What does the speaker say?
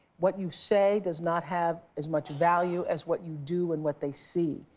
what you say does not have as much value as what you do and what they see.